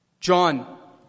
John